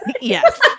Yes